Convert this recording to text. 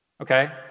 Okay